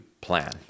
plan